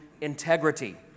integrity